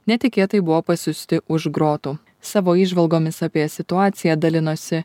netikėtai buvo pasiųsti už grotų savo įžvalgomis apie situaciją dalinosi